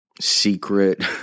secret